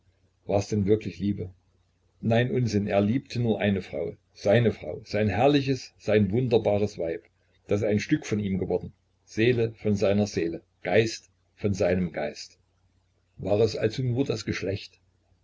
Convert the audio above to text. wars denn wirklich liebe nein unsinn er liebte nur eine frau seine frau sein herrliches sein wunderbares weib das ein stück von ihm geworden seele von seiner seele geist von seinem geist war es also nur das geschlecht